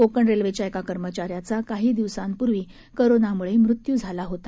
कोकण रेल्वेच्या एका कर्मचाऱ्याचा काही दिवसांपूर्वी करोनामुळे मृत्यू झाला होता